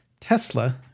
Tesla